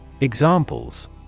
Examples